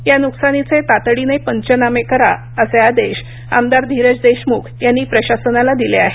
या नुकसानीचे तातडीने पंचनामे करा असे आदेश आमदार धिरज देशमुख यांनी प्रशासनाला दिले आहेत